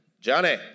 Johnny